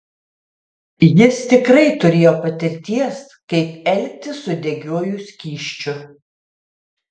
jis tikrai turėjo patirties kaip elgtis su degiuoju skysčiu